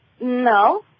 No